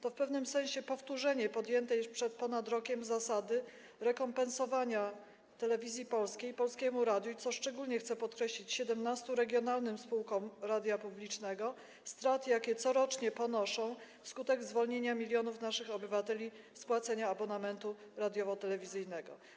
To w pewnym sensie powtórzenie przyjętej już przed ponad rokiem zasady rekompensowania Telewizji Polskiej, Polskiemu Radiu i, co szczególnie chcę podkreślić, 17 regionalnym spółkom radia publicznego strat, jakie corocznie ponoszą wskutek zwolnienia milionów naszych obywateli z płacenia abonamentu radiowo-telewizyjnego.